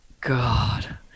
God